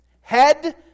Head